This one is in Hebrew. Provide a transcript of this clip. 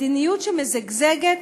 מדיניות שמזגזגת,